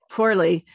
Poorly